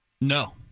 No